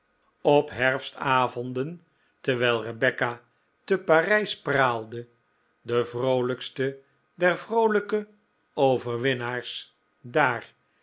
op herfstavonden terwijl rebecca te parijs praalde de vroolijkste der vroolijke overwinnaars daar